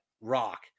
rock